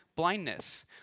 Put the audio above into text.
Blindness